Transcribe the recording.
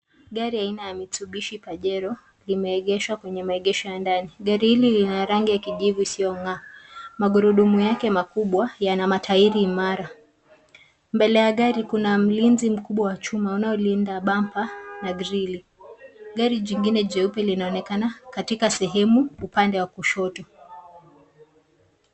Gari aina ya Mitsubishi Pajero limeegeshwa kwenye maegesho ya ndani. Gari hili lina rangi ya kijivu isiyong'aa. Magurudumu yake makubwa yana matairi imara. Mbele ya gari kuna mlinzi mkubwa wa chuma inayolinda bampa na grili. Gari jingine jeupe linaonekana katika sehemu upande wa kushoto.